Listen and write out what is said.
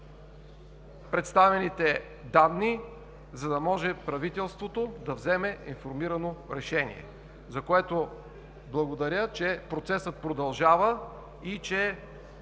представените данни, за да може правителството да вземе информирано решение, за което благодаря, че процесът продължава и че